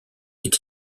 est